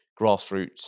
grassroots